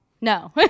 no